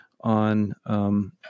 on